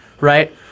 right